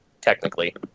technically